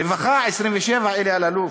רווחה, 27, אלי אלאלוף,